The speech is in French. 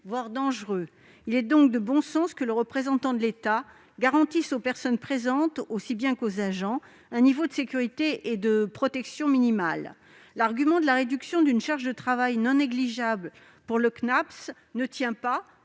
voire dangereux. Il est donc de bon sens que le représentant de l'État garantisse aux personnes présentes, aussi bien qu'aux agents, un niveau de sécurité et de protection minimal. L'argument de la réduction d'une charge de travail non négligeable pour le Cnaps ne tient pas,